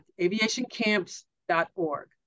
aviationcamps.org